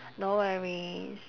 no worries